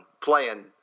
playing